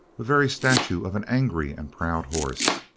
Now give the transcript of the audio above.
a very statue of an angry and proud horse.